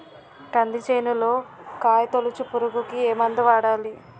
కంది చేనులో కాయతోలుచు పురుగుకి ఏ మందు వాడాలి?